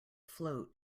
float